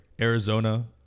Arizona